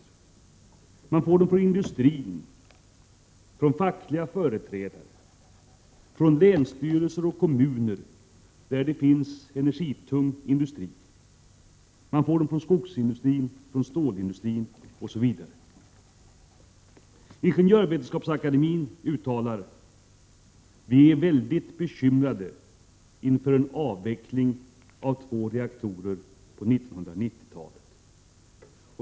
Oro för utvecklingen kommer också till uttryck i uttalanden från industrin, från fackliga företrädare, från länsstyrelser och från kommuner där det finns energitung industri, från skogsindustrin och från stålindustrin etc. Ingenjörsvetenskapsakademien uttalar att man är mycket bekymrad inför en avveckling av två reaktorer på 90-talet.